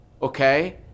okay